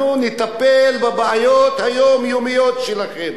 אנחנו נטפל בבעיות היומיומיות שלכם,